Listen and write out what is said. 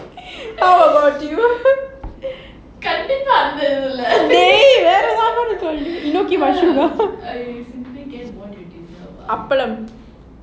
how about you dey கண்டிப்பா அந்த இதுல:kandipa andha idhula enoki mushroom ah அப்பளம்:appalam